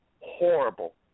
horrible